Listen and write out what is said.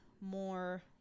more